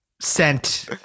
sent